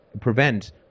prevent